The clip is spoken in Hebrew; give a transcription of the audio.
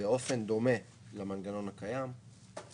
באופן דומה למנגנון הקיים.